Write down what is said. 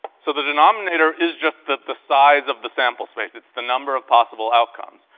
so the denominator is just the the size of the sample space, it's the number of possible outcomes.